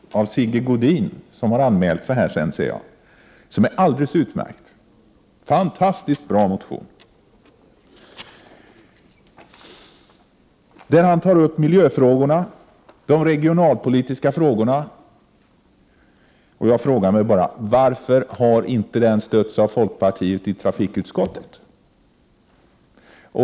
Den är av Sigge Godin, som har anmält sig till den här debatten, ser jag. Det motionen är alldeles utmärkt, en fantastiskt bra motion! I motionen tar Sigge Godin upp miljöfrågorna och de regionalpolitiska frågorna. Jag frågar mig bara: Varför har inte den motionen stötts av folkpartiet i trafikutskottet?